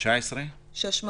גם